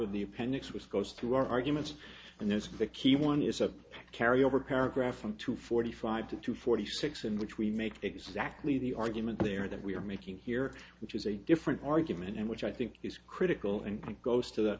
of the appendix was goes through our arguments and there's the key one is a carryover paragraph from two forty five to two forty six in which we make exactly the argument there that we are making here which is a different argument and which i think is critical and goes to the